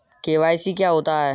KYC क्या होता है?